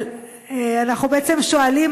אבל אנחנו בעצם שואלים,